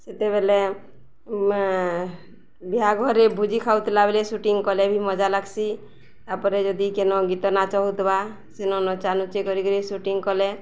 ସେତେବେଲେ ମା ବିହାଘରେ ଭୋଜି ଖାଉଥିଲା ବେଲେ ସୁଟିଂ କଲେ ବି ମଜା ଲାଗ୍ସି ତାପରେ ଯଦି କେନ ଗୀତ ନାଚ ହଉଥିବା ସିନ ନଚା ନୁଚେ କରିକିରି ସୁଟିଙ୍ଗ କଲେ